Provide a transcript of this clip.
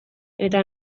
eta